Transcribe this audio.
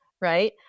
right